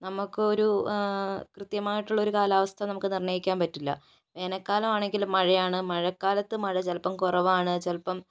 നമുക്കൊരു കൃത്യമായിട്ടുള്ളൊരു കാലാവസ്ഥ നമുക്ക് നിർണ്ണയിക്കാൻ പറ്റില്ല വേനൽക്കാലമാണെങ്കിലും മഴയാണ് മഴക്കാലത്ത് മഴ ചിലപ്പോൾ കുറവാണ് ചിലപ്പോൾ